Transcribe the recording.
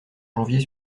janvier